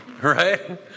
Right